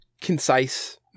concise